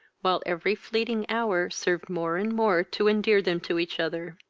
while every fleeting hour served more and more to endear them to each other.